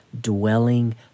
dwelling